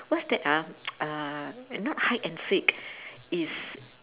what's that uh uh not hide and seek is